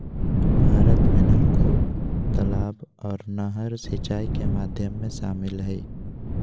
भारत में नलकूप, तलाब आर नहर सिंचाई के माध्यम में शामिल हय